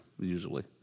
usually